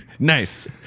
nice